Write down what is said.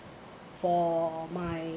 for my